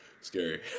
scary